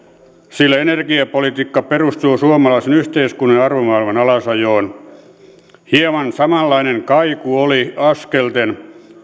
sillä energiapolitiikka perustui suomalaisen yhteiskunnan ja arvomaailman alasajoon hieman samanlainen kaiku oli askelten